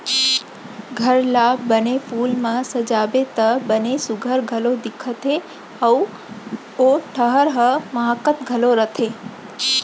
घर ला बने फूल म सजाबे त बने सुग्घर घलौ दिखथे अउ ओ ठहर ह माहकत घलौ रथे